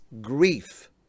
grief